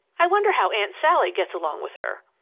i wonder how aunt sally gets along with her?